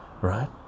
right